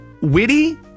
witty